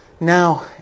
Now